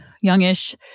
youngish